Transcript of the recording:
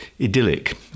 idyllic